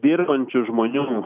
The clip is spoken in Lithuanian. dirbančių žmonių